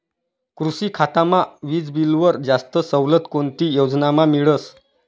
कृषी खातामा वीजबीलवर जास्त सवलत कोणती योजनामा मिळस?